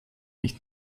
nicht